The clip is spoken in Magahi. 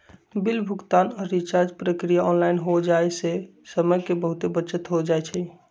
बिल भुगतान आऽ रिचार्ज प्रक्रिया ऑनलाइन हो जाय से समय के बहुते बचत हो जाइ छइ